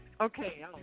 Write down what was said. Okay